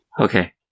Okay